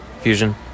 Fusion